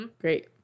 great